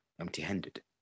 empty-handed